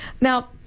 now